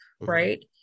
right